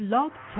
Love